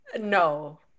No